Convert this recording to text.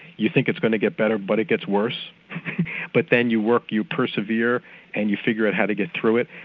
you think it's going to get better but it gets worse but then you work, you persevere and you figure out how to get through it.